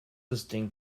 distinct